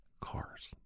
cars